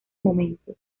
momentos